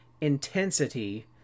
intensity